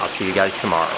i'll see you guys tomorrow.